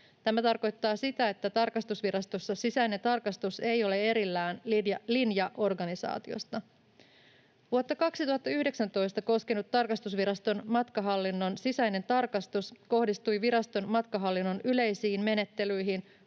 Tämä tarkoittaa sitä, että tarkastusvirastossa sisäinen tarkastus ei ole erillään linjaorganisaatiosta. Vuotta 2019 koskenut tarkastusviraston matkahallinnon sisäinen tarkastus kohdistui viraston matkahallinnon yleisiin menettelyihin,